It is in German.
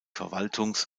verwaltungs